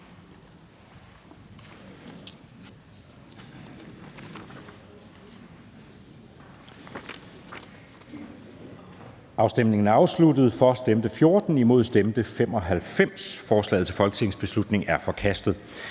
V, M og SP), hverken for eller imod stemte 0. Forslaget til folketingsbeslutning er forkastet.